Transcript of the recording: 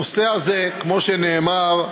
הנושא הזה, כמו שנאמר,